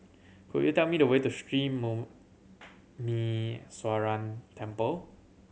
could you tell me the way to Sri Muneeswaran Temple